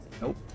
Nope